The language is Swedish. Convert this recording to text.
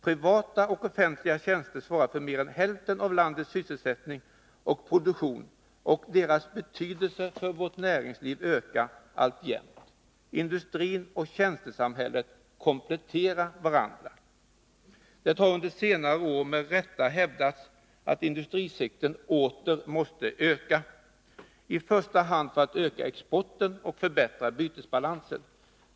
Privata och offentliga tjänster svarar för mer än hälften av landets sysselsättning och produktion, och deras betydelse för vårt näringsliv ökar alltjämt. Industrioch tjänstesamhället kompletterar varandra. Det har under senare år med rätta hävdats att industrisektorn åter måste öka, i första hand för att öka exporten och förbättra bytesbalansen.